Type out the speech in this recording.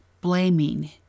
blaming